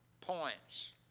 points